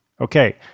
Okay